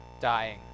Dying